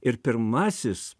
ir pirmasis